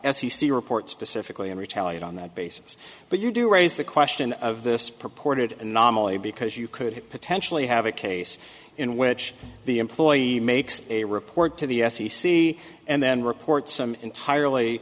c report specifically and retaliate on that basis but you do raise the question of this purported anomaly because you could potentially have a case in which the employee makes a report to the f c c and then reports some